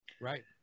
Right